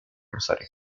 rosario